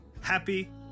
happy